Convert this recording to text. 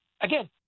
again